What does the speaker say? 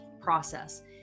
process